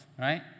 right